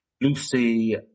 Lucy